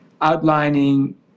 outlining